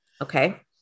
Okay